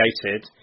created